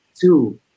two